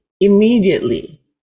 immediately